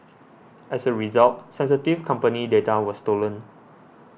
as a result sensitive company data was stolen